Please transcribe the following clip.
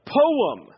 poem